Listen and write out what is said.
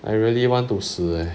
I really want to 死 leh